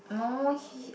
no he